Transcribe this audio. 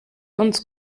uns